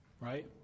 right